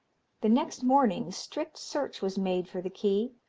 the next morning strict search was made for the key,